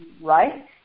right